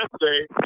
yesterday